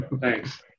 Thanks